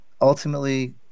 ultimately